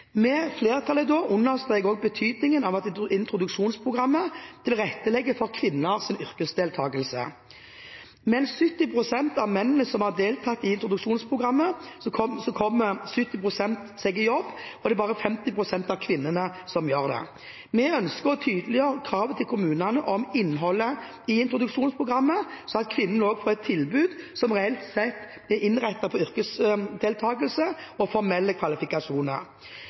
understreker også betydningen av at introduksjonsprogrammet tilrettelegger for kvinners yrkesdeltakelse. Mens 70 pst. av mennene som har deltatt i introduksjonsprogrammet, kommer seg i jobb eller utdanning, er det bare 50 pst. av kvinnene som gjør det. Vi ønsker å tydeliggjøre krav til kommunene om innholdet i introduksjonsprogrammet, slik at kvinner får et tilbud som reelt sett er innrettet på yrkesdeltakelse og formelle kvalifikasjoner.